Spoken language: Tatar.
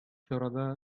чарада